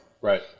Right